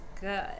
good